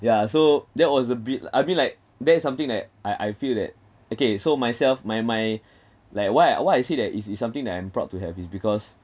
ya so that was a bit I mean like that is something that I I feel that okay so myself my my like why I why I say that it's it's something that I am proud to have is because